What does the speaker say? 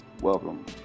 Welcome